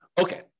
Okay